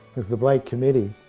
because the blake committee